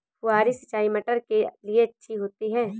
फुहारी सिंचाई मटर के लिए अच्छी होती है?